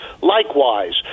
Likewise